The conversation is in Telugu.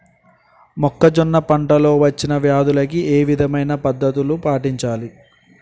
మొక్కజొన్న పంట లో వచ్చిన వ్యాధులకి ఏ విధమైన పద్ధతులు పాటించాలి?